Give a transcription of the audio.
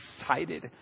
excited